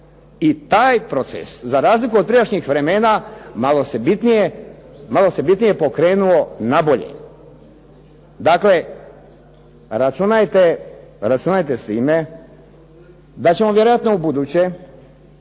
i taj proces za razliku od prijašnjih vremena malo se bitnije pokrenuo nabolje. Dakle, računajte s time da ćemo vjerojatno ubuduće